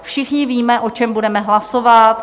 Všichni víme, o čem budeme hlasovat.